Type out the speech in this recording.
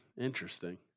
Interesting